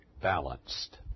balanced